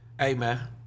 Amen